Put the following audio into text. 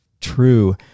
true